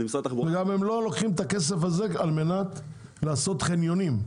גם הם לא לוקחים את הכסף הזה על מנת לעשות חניונים,